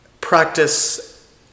practice